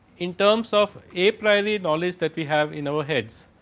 in terms of a priory knowledge that we have in our heads.